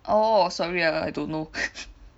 oh sorry I don't know